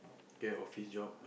get a office job